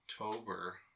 October